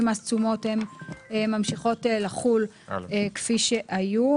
מס תשומות הן ממשיכות לחול כפי שהיו.